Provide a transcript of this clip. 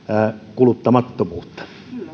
kuluttamattomuutta